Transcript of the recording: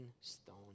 stone